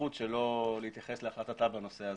הסמכות שלא להתייחס להחלטתה בנושא הזה.